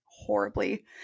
Horribly